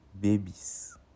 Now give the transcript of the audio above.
babies